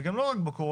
וגם לא רק בקורונה,